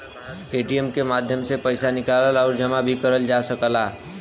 ATM के माध्यम से पइसा निकाल आउर जमा भी करल जा सकला